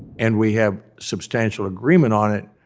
and we have substantial agreement on it,